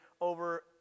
over